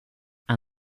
and